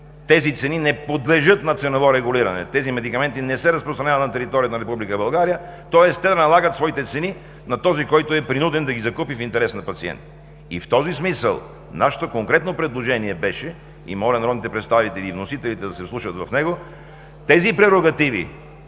тези цени не подлежат на ценово регулиране, тези медикаменти не се разпространяват на територията на Република България, тоест те налагат своите цени на този, който е принуден да ги закупи в интерес на пациента. И в този смисъл нашето конкретно предложение беше – и моля народните представители и вносителите да се вслушат в него, прерогативите